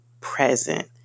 present